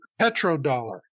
Petrodollar